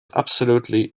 absolutely